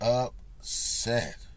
upset